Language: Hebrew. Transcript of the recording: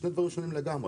אלה שני דברים שונים לגמרי.